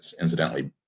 incidentally